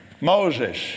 Moses